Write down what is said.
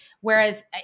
whereas